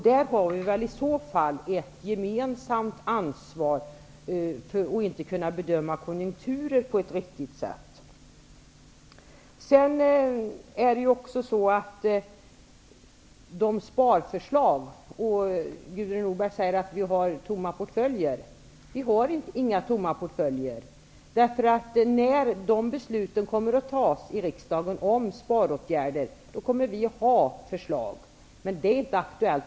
Där har vi i så fall ett gemensamt ansvar, att vi inte kunnat bedöma konjunkturen på ett vettigt sätt. Gudrun Norberg säger att vi har tomma portföljer, utan sparförslag. Vi har inga tomma portföljer. När besluten om sparåtgärder skall fattas i riksdagen kommer vi att ha förslag. Men det är inte aktuellt nu.